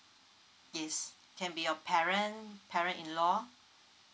yes can be your parent parent in law